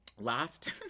Last